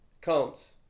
comes